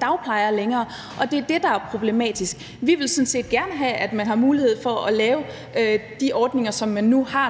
dagplejere længere, og det er det, der er problematisk. Vi vil sådan set gerne have, at man har mulighed for at have de ordninger, som man nu har,